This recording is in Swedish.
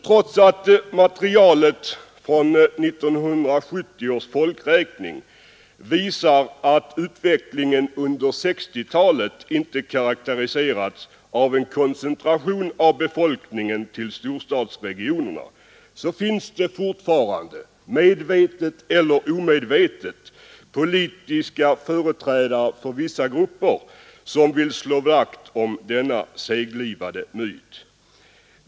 Trots att materialet från 1970 års folkräkning visar att utvecklingen under 1960-talet inte karakteriserats av en koncentration av befolkningen till storstadsregionerna finns det medvetet eller omedvetet politiska företrädare för vissa grupper som vill slå vakt om denna seglivade myt.